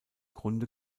grunde